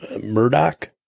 murdoch